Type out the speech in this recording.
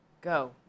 Go